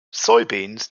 soybeans